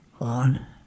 on